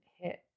hit